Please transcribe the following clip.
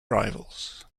rivals